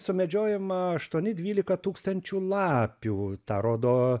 sumedžiojama aštuoni dvylika tūkstančių lapių tą rodo